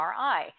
MRI